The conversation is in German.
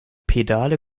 pedale